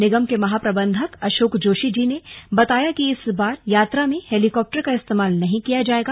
निगम के महाप्रबंधक अशोक जोशी जी ने बताया की इस बार यात्रा में हेलिकॉप्टर का इस्तेमाल नहीं किया जाएगा